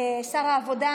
כהן יציג שר העבודה,